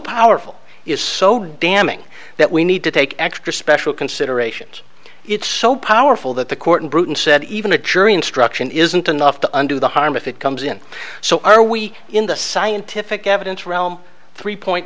powerful is so damning that we need to take extra special considerations it's so powerful that the court in britain said even a jury instruction isn't enough to undo the harm if it comes in so are we in the scientific evidence realm three point